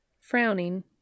Frowning